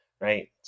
right